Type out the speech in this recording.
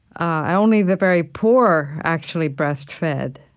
ah only the very poor actually breastfed.